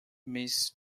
miss